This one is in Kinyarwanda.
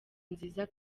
nziza